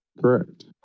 Correct